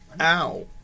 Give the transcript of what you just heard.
Ow